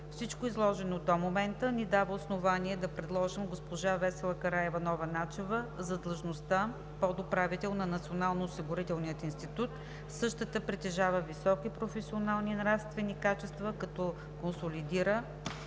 Всичко изложено до момента ни дава основание да предложим госпожа Весела Караиванова-Начева за длъжността „подуправител“ на Националния осигурителен институт. Същата притежава високи професионални и нравствени качества, като консолидира